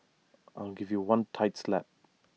I'll give you one tight slap